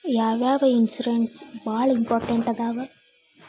ಯಾವ್ಯಾವ ಇನ್ಶೂರೆನ್ಸ್ ಬಾಳ ಇಂಪಾರ್ಟೆಂಟ್ ಅದಾವ?